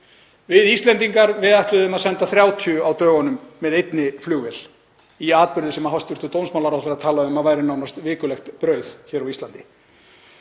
Við Íslendingar ætluðum að senda 30 á dögunum með einni flugvél í atburði sem hæstv. dómsmálaráðherra talaði um að væri nánast vikulegt brauð hér á Íslandi.